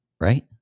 Right